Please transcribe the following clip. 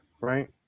right